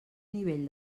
nivell